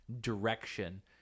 direction